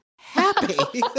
happy